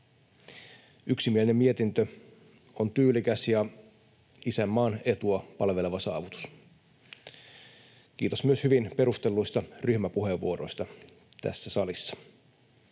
Yksimielinen mietintö on tyylikäs ja isänmaan etua palveleva saavutus. Kiitos myös hyvin perustelluista ryhmäpuheenvuoroista tässä salissa.